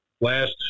last